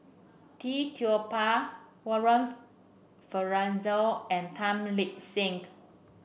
Tee Tua Ba Warren Fernandez and Tan Lip Senk